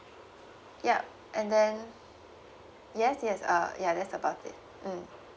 yup and then yes yes uh ya that's about it mm